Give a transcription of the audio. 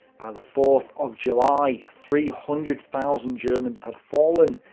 by the fourth of july, three hundred thousand germans had fallen,